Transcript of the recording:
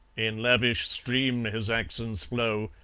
in lavish stream his accents flow,